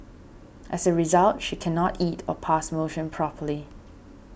as a result she cannot eat or pass motion properly